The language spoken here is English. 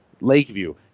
Lakeview